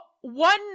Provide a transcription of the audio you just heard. one